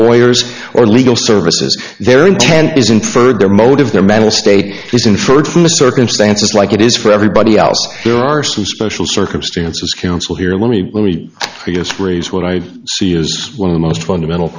lawyers or legal services their intent is inferred their motive their mental state is inferred from the circumstances like it is for everybody else there are some special circumstances counsel here let me let me guess phrase what i see is one of the most fundamental